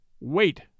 Wait